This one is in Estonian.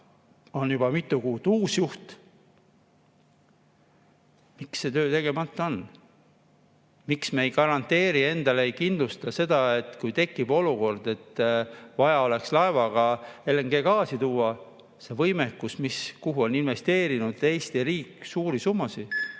on juba mitu kuud uus juht. Miks see töö tegemata on? Miks me ei garanteeri endale, ei kindlusta seda [selleks], kui tekib olukord, et vaja oleks laevaga LNG-d tuua. See võimekus, kuhu on investeerinud Eesti riik suuri summasid,